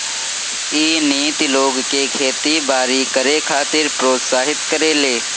इ नीति लोग के खेती बारी करे खातिर प्रोत्साहित करेले